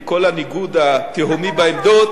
עם כל הניגוד התהומי בעמדות,